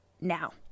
now